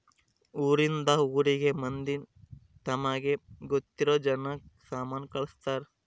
ಊರಿಂದ ಊರಿಗೆ ಮಂದಿ ತಮಗೆ ಗೊತ್ತಿರೊ ಜನಕ್ಕ ಸಾಮನ ಕಳ್ಸ್ತರ್